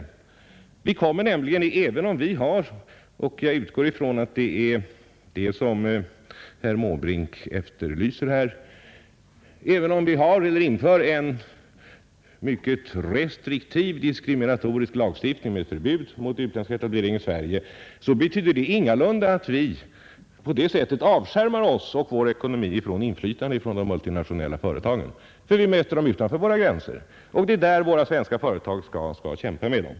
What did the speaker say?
Även om vi inför en mycket restriktiv diskriminatorisk lagstiftning med förbud mot utländska företags etablering i Sverige — jag förmodar att det är någonting sådant herr Måbrink efterlyser — betyder det ingalunda att vi härigenom avskärmar vår ekonomi från inflytande av de multinationella företagen. Vi möter nämligen dessa företag utanför våra gränser, och där får de svenska företagen kämpa med dem.